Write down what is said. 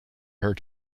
her